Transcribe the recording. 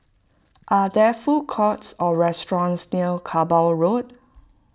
are there food courts or restaurants near Kerbau Road